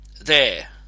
There